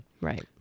Right